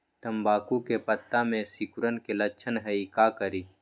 तम्बाकू के पत्ता में सिकुड़न के लक्षण हई का करी?